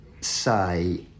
say